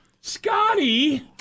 Scotty